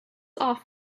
off